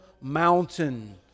mountain